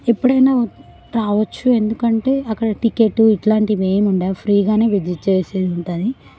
ఎప్పుడైనా రావచ్చు ఎందుకంటే అక్కడ టికెట్టు ఇట్లాంటివి ఏం ఉండవు ఫ్రీగానే విజిట్ చేసేది ఉంటుంది